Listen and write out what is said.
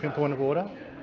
point of order.